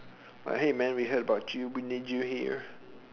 uh hey man we heard about here